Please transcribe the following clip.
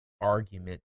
argument